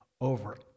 over